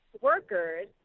workers